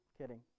Kidding